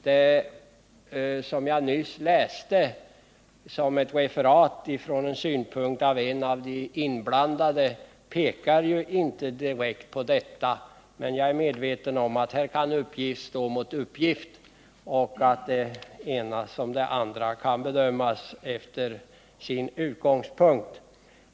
Det referat av ett uttalande av en av de inblandade som jag nyss läste upp pekar inte direkt på detta, men jag är medveten om att här kan uppgift stå mot uppgift och att det ena som det andra kan bedömas efter sin utgångspunkt.